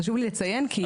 חשוב לי לציין, כי